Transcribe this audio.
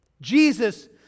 Jesus